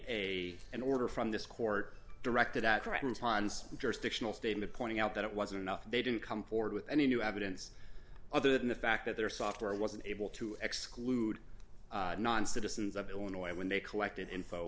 a an order from this court directed at writing tons of jurisdictional statement pointing out that it wasn't enough they didn't come forward with any new evidence other than the fact that their software wasn't able to exclude non citizens of illinois when they collected info